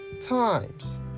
times